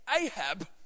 Ahab